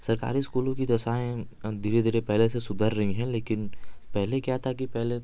सरकारी स्कूलों की दशाएँ अब धीरे धीरे पहले से सुधर रही हैं लेकिन पहले क्या था कि पहले